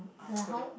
ah Korean